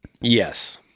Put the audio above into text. Yes